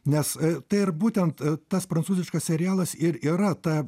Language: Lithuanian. nes tai ir būtent tas prancūziškas serialas ir yra ta